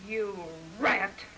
you right